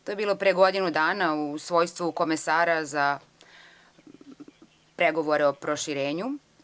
To je bilo pre godinu dana u svojstvu komesara za pregovore o proširenju.